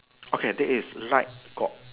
okay there is light got